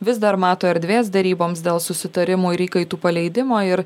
vis dar mato erdvės deryboms dėl susitarimų ir įkaitų paleidimo ir